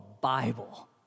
Bible